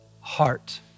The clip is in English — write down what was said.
heart